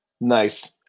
Nice